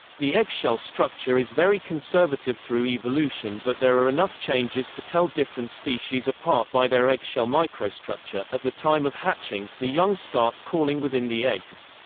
the eggshell structure is very conservative through evolution but there are enough changes to tell different species apart by their eggshell microstructure at the time of hatching, the young start calling within the eggs.